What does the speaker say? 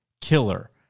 killer